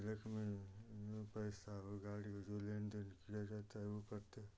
तिलक में में पैसा हो गाड़ी हो जो लेनदेन लिया जाता है वो करके